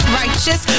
righteous